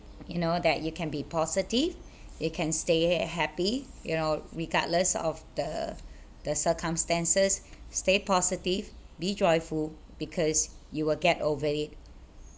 you know that you can be positive you can stay happy you know regardless of the the circumstances stay positive be joyful because you will get over it